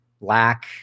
lack